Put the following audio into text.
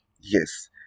yes